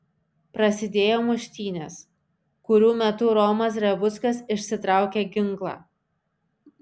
prasidėjo muštynės kurių metu romas revuckas išsitraukė ginklą